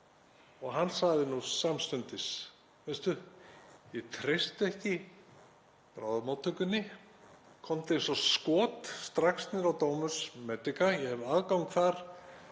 og hann sagði samstundis: Veistu, ég treysti ekki bráðamóttökunni. Komdu eins og skot strax niður á Domus Medica, ég hef aðgang þar